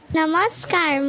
Namaskar